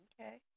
Okay